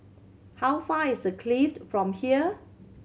how far is a Clift from here